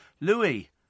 Louis